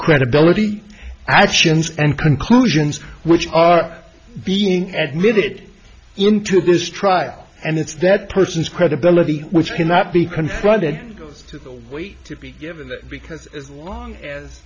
credibility actions and conclusions which are being edited into this trial and it's that person's credibility which cannot be confronted goes to the weight to be given because as long as